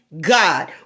God